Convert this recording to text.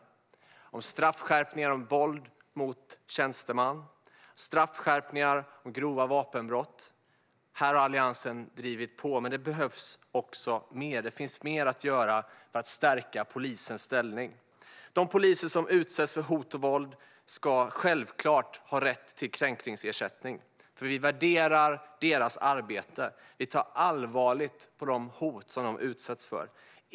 Det handlar om straffskärpningar när det gäller våld mot tjänsteman och grova vapenbrott. Här har Alliansen drivit på. Men det behövs mer. Det finns mer att göra för att stärka polisens ställning. De poliser som utsätts för hot och våld ska självklart ha rätt till kränkningsersättning, för vi värderar deras arbete. Vi tar allvarligt på de hot som de utsätts för.